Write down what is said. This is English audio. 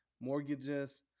mortgages